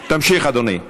תמשיך, אדוני.